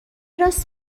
راست